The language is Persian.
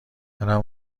دلم